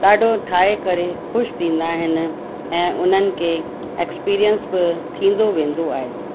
ॾाढो ठाहे करे ख़ुशि थींदा आहिनि ऐं उन्हनि खे एक्स्पीरियंस बि थींदो वेंदो आहे